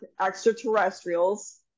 extraterrestrials